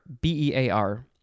B-E-A-R